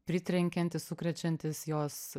pritrenkiantis sukrečiantis jos